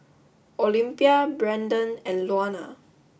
Olympia Brandan and Luana